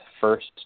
first